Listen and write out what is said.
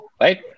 Right